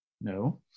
No